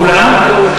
כולם?